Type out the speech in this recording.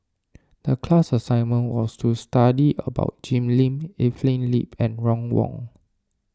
the class assignment was to study about Jim Lim Evelyn Lip and Ron Wong